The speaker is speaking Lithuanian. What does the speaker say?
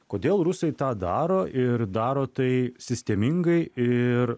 kodėl rusai tą daro ir daro tai sistemingai ir